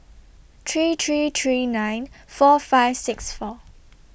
three three three nine four five six four